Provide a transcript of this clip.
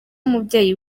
mubyeyi